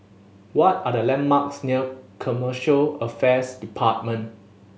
what are the landmarks near Commercial Affairs Department